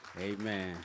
amen